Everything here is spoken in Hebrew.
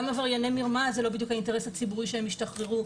גם עברייני מרמה זה לא בדיוק האינטרס הציבורי שהם ישתחררו.